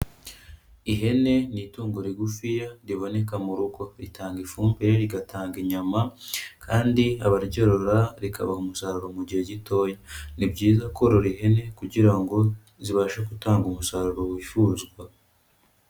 Ihene ni itungo rigufiya, riboneka mu rugo. Ritanga ifumbire, rigatanga inyama kandi abaryorora rikabaha umusaruro mu gihe gitoya. Ni byiza korora ihene kugira ngo zibashe gutanga umusaruro wifuzwa.